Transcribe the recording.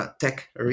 tech